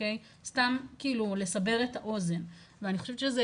סתם כאילו לסבר את האוזן ואני חושבת שזה